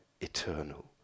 eternal